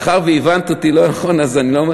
אחרי, מאחר שהבנת אותי לא נכון, אז אני לא,